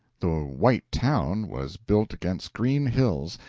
the white town was built against green hills,